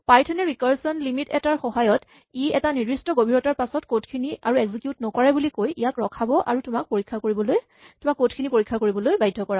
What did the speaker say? Python এ recursion limit এটাৰ সহায়ত ই এটা নিৰ্দিষ্ট গভীৰতাৰ পাছত ক'ডখিনি আৰু এক্সিকিউট নকৰে বুলি কৈ ইয়াক ৰখাব আৰু তোমাক ক'ডখিনি পৰীক্ষা কৰিবলৈ বাধ্য কৰিব